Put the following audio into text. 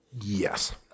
Yes